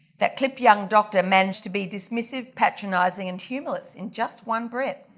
that clip young doctor managed to be dismissive, patronising and humourless in just one breath.